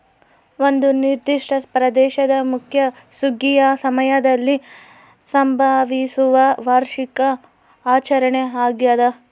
ಒಂದು ನಿರ್ದಿಷ್ಟ ಪ್ರದೇಶದ ಮುಖ್ಯ ಸುಗ್ಗಿಯ ಸಮಯದಲ್ಲಿ ಸಂಭವಿಸುವ ವಾರ್ಷಿಕ ಆಚರಣೆ ಆಗ್ಯಾದ